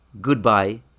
goodbye